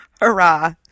hurrah